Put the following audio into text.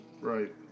Right